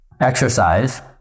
exercise